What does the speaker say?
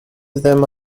them